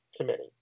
Committee